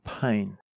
pain